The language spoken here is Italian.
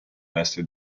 veste